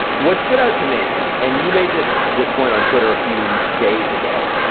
what stood out to me, and you made this this point on twitter a few days ago,